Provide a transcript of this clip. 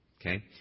Okay